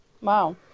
Wow